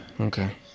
Okay